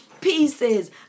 pieces